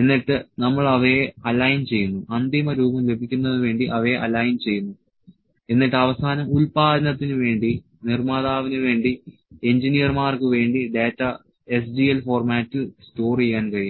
എന്നിട്ട് നമ്മൾ അവയെ അലൈൻ ചെയ്യുന്നു അന്തിമ രൂപം ലഭിക്കുന്നതിന് വേണ്ടി അവയെ അലൈൻ ചെയ്യുന്നു എന്നിട്ട് അവസാനം ഉൽപാദനത്തിന് വേണ്ടി നിർമ്മാതാവിന് വേണ്ടി എഞ്ചിനീയർമാർക്ക് വേണ്ടി ഡാറ്റ SGL ഫോർമാറ്റിൽ സ്റ്റോർ ചെയ്യാൻ കഴിയും